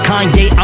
Kanye